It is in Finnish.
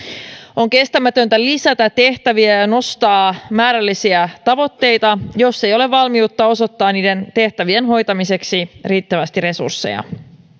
on kestämätöntä lisätä tehtäviä ja ja nostaa määrällisiä tavoitteita jos ei ole valmiutta osoittaa niiden tehtävien hoitamiseksi riittävästi resursseja